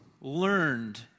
learned